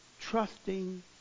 trusting